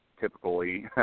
typically